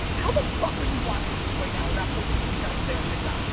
how the fuck are you watching this right now and not posting three times a day on tik tok?